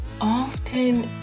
often